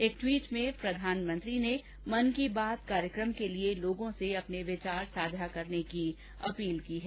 एक टवीट में प्रधानमंत्री ने मन की बात कार्यक्रम के लिए लोगों से अपने विचार साझा करने की अपील की है